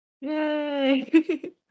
Yay